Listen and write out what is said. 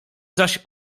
zaś